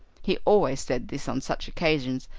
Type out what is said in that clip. he always said this on such occasions,